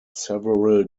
several